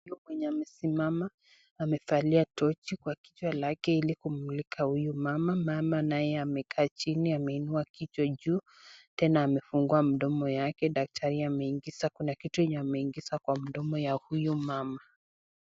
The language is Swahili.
Huyo mwenye amesimama amefalia tochi kwa kichwa lake hili kumulika huyu mama , mama naye amakaa chini ameinua kichwa juu tena amefungua mdomo wake daktari ameingiza kuna kitu ameingiza kwa mdomo ya huyu mama.